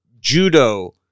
Judo